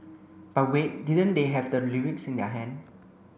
but wait didn't they have the lyrics in their hand